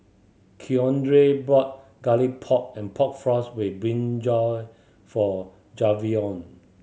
Keandre bought Garlic Pork and Pork Floss with brinjal for Javion